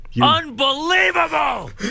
Unbelievable